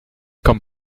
kaum